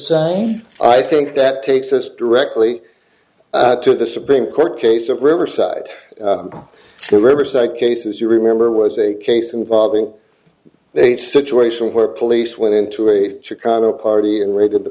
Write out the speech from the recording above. same i think that takes us directly to the supreme court case of riverside the riverside case as you remember was a case involving they situation where police went into a chicana party and rated the